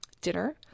dinner